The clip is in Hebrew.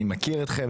אני מכיר אתכם,